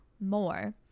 more